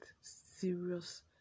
serious